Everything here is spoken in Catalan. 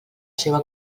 seua